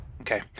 Okay